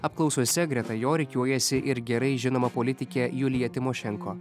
apklausose greta jo rikiuojasi ir gerai žinoma politikė julija tymošenko